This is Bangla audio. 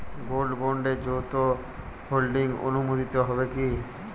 গোল্ড বন্ডে যৌথ হোল্ডিং অনুমোদিত হবে কিনা?